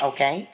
Okay